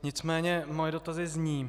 Nicméně moje dotazy zní: